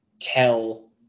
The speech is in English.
tell